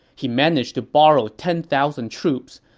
he managed to borrow ten thousand troops.